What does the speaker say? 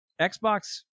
Xbox